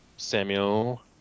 samuel